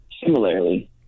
similarly